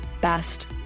best